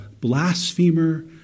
blasphemer